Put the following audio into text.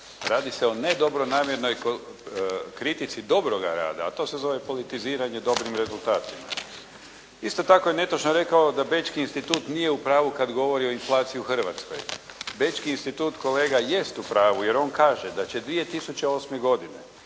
Radi se o ne dobronamjernoj kritici dobroga rada, a to se zove politiziranje dobrim rezultatima. Isto tako je netočno rekao da bečki institut nije u pravu kada govori o inflaciji u Hrvatskoj. Bečki institut kolega jest u pravu jer on kaže da će 2008. godine